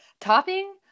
topping